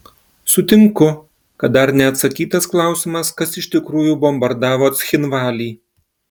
sutinku kad dar neatsakytas klausimas kas iš tikrųjų bombardavo cchinvalį